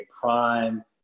prime